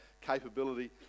capability